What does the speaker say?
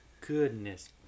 Goodness